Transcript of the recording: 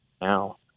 now